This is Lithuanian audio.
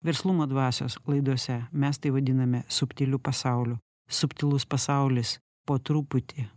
verslumo dvasios laidose mes tai vadiname subtiliu pasauliu subtilus pasaulis po truputį